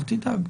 אל תדאג.